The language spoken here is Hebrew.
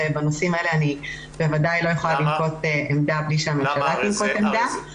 ובנושאים האלה אני בוודאי לא יכולה לנקוט עמדה בלי שהממשלה תנקוט עמדה.